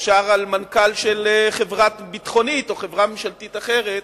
אפשר על מנכ"ל של חברה ביטחונית או חברה ממשלתית אחרת,